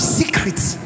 secrets